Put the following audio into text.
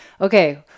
Okay